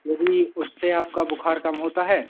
यदि उससे आपका बुखार कम होता है